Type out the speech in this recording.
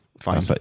Fine